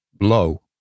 low